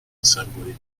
assembly